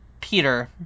Peter